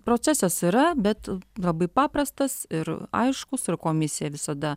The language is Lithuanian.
procesas yra bet labai paprastas ir aiškus ir komisija visada